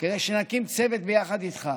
כדי שנקים צוות יחד איתך